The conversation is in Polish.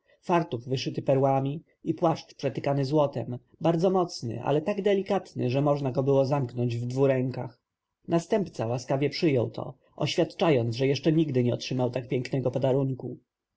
wyszyty perłami i płaszcz przetykany złotem bardzo mocny ale tak delikatny że można go było zamknąć w dwu rękach następca łaskawie przyjął to oświadczając że jeszcze nigdy nie otrzymał tak pięknego podarunku